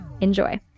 Enjoy